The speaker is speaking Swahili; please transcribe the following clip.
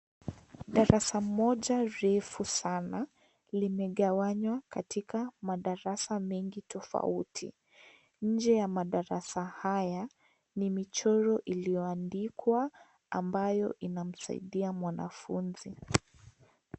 Darasa moja refu sana limegawanywa katika madarasa mengi tofauti . Nje ya madarasa haya ni michoro iliyoandikwa ambayo inasaidia mwanafunzi.